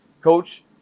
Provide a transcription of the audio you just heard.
Coach